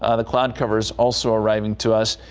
ah the cloud covers also arriving to us.